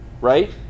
right